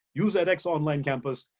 use edx online campus,